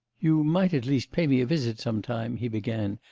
you might at least pay me a visit sometime he began,